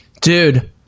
dude